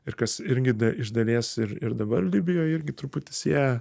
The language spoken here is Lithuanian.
ir kas irgi iš dalies ir ir dabar libijoj irgi truputį sieja